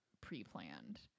pre-planned